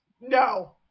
No